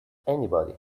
anybody